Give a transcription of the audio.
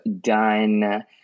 done